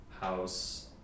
house